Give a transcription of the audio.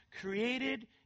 created